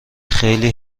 خیلی